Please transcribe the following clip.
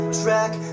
track